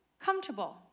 comfortable